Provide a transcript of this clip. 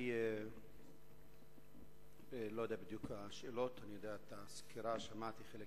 אני לא יודע בדיוק מהן השאלות, שמעתי חלק